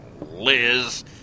Liz